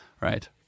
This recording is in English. right